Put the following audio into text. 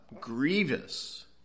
grievous